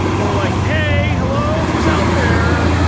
or like, hey. hello, who's out there?